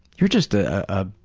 you're just a ah